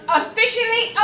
officially